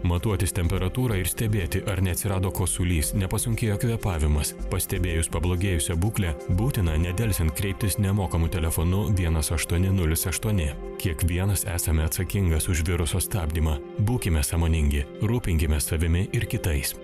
matuotis temperatūrą ir stebėti ar neatsirado kosulys nepasunkėjo kvėpavimas pastebėjus pablogėjusią būklę būtina nedelsiant kreiptis nemokamu telefonu vienas aštuoni nulis aštuoni kiekvienas esame atsakingas už viruso stabdymą būkime sąmoningi rūpinkimės savimi ir kitais